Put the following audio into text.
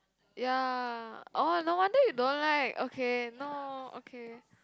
ya oh no wonder you don't like okay no okay